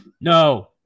No